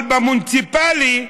אבל במוניציפלי,